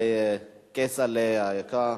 יעלה, כצל'ה היקר.